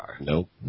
Nope